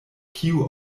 kiu